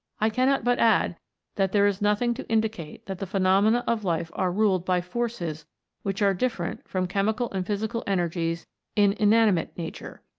i cannot but add that there is nothing to indicate that the phenomena of life are ruled by forces which are different from chemical and physical energies in inanimate nature.